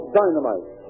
dynamite